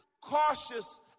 Cautious